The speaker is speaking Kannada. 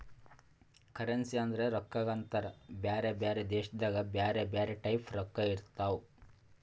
ಕರೆನ್ಸಿ ಅಂದುರ್ ರೊಕ್ಕಾಗ ಅಂತಾರ್ ಬ್ಯಾರೆ ಬ್ಯಾರೆ ದೇಶದಾಗ್ ಬ್ಯಾರೆ ಬ್ಯಾರೆ ಟೈಪ್ ರೊಕ್ಕಾ ಇರ್ತಾವ್